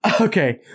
Okay